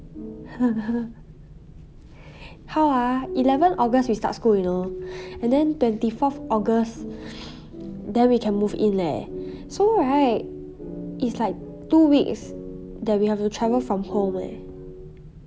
how ah eleventh august we start school you know and then twenty fourth august then we can move in leh so right it's like two weeks that we have to travel from home eh